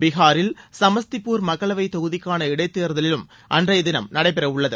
பீகாரில் சமஸ்திபூர் மக்களவை தொகுதிக்கான இடைத்தேர்தலும் அன்றைய தினம் நடைபெறவுள்ளது